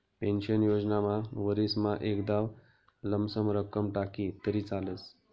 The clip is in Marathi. पेन्शन योजनामा वरीसमा एकदाव लमसम रक्कम टाकी तरी चालस